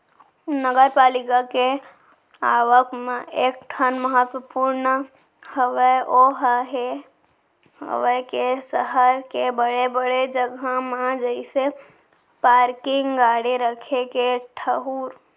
नगरपालिका के आवक म एक ठन महत्वपूर्न हवय ओहा ये हवय के सहर के बड़े बड़े जगा म जइसे पारकिंग गाड़ी रखे के ठऊर